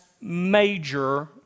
major